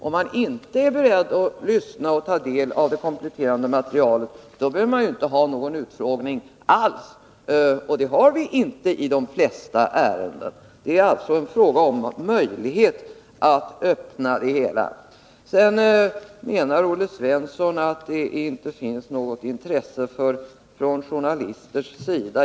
Om man inte är beredd att lyssna och ta del av det kompletterande materialet, då behöver man inte ha någon utfrågning alls. Det har vi inte i de flesta ärenden. Det är här alltså fråga om en möjlighet att öppna det hela. Nr 49 Sedan menar Olle Svensson att det inte finns något intresse från Tisdagen den journalisters sida.